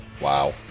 Wow